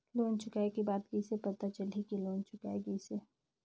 Loan चुकाय के बाद कइसे पता चलही कि लोन चुकाय गिस है?